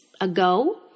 ago